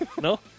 No